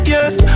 Yes